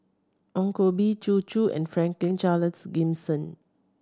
Ong Koh Bee Zhu Xu and Franklin Charles Gimson